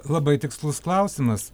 labai tikslus klausimas